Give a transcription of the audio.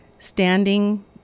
standing